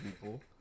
people